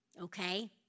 Okay